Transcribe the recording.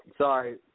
Sorry